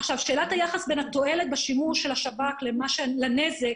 שאלת היחס בין התועלת בשימוש של השב"כ לנזק,